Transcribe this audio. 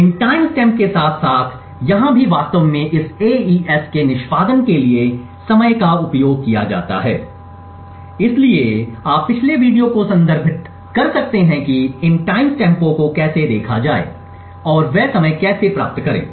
इन time stamp के साथ साथ यहां भी वास्तव में इस एईएस के निष्पादन के लिए समय का उपयोग किया जाता है इसलिए आप पिछले वीडियो को संदर्भित कर सकते हैं कि इन टाइमस्टैम्पों को कैसे देखा जाए और वे समय कैसे प्राप्त करें